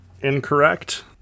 incorrect